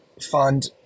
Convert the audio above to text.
fund